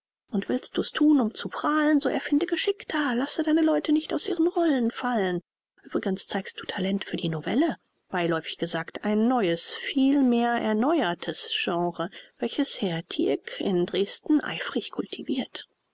und willst du es thun um zu prahlen so erfinde geschickter lasse deine leute nicht aus ihren rollen fallen uebrigens zeigst du talent für die novelle beiläufig gesagt ein neues vielmehr erneutes genre welches herr tieck in dresden eifrig cultivirt